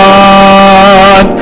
God